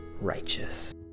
righteous